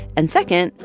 and second,